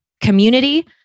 Community